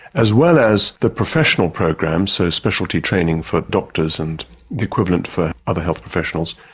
as well as the professional programs, so specialty training for doctors and the equivalent for other health professionals,